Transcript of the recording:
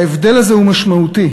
ההבדל הזה הוא משמעותי,